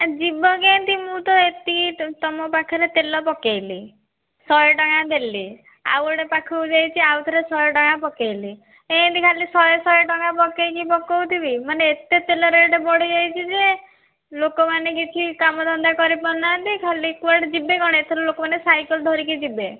ଯିବ କେମିତି ମୁଁ ତ ଏତିକି ତୁମ ପାଖରେ ତେଲ ପକାଇଲି ଶହେ ଟଙ୍କା ଦେଲି ଆଉ ଗୋଟେ ପାଖକୁ ଯାଇଛି ଆଉ ଗୋଟେ ଶହେ ଟଙ୍କା ପକାଇଲି ଏମିତି ଖାଲି ଶହେ ଶହେ ଟଙ୍କା ପକାଇକି ପକାଉଥିବି ମାନେ ଏତେ ତେଲ ରେଟ୍ ବଢ଼ିଯାଇଛି ଯେ ଲୋକମାନେ କିଛି କାମଧନ୍ଦା କରିପାରୁନାହାନ୍ତି ଖାଲି କୁଆଡେ ଯିବେ କ'ଣ ଏଥର ଲୋକମାନେ ସାଇକଲ୍ ଧରିକି ଯିବେ